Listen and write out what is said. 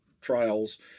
trials